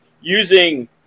using